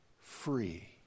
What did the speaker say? free